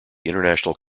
international